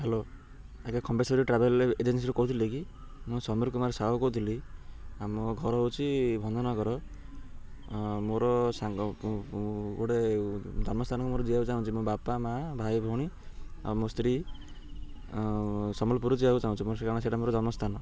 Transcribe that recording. hello ଆଜ୍ଞା Khambeswari travel ଏଜେନ୍ସିରୁ କହୁଥିଲେ କି ମୁଁ ସମୀର କୁମାର ସାହୁ କହୁଥିଲି ଆମ ଘର ହଉଛି ଭଞଜନଗର ମୋର ସାଙ୍ଗ ଗୋଟେ ଜନ୍ମସ୍ଥାନକୁ ମୋର ଯିବାକୁ ଚାହୁଁଛି ମୋ ବାପା ମାଆ ଭାଇ ଭଉଣୀ ଆଉ ମୋ ସ୍ତ୍ରୀ ସମ୍ବଲପୁର ଯିବାକୁ ଚାହୁଁଛି ମୋର ସେ କାରଣ ସେଇଟା ମୋର ଜନ୍ମସ୍ଥାନ